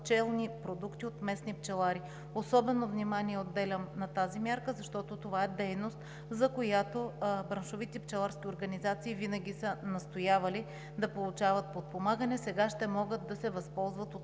пчелни продукти от местни пчелари. Особено внимание отделям на тази мярка, защото това е дейност, за която браншовите пчеларски организации винаги са настоявали да получават подпомагане, сега ще могат да се възползват от